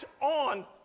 on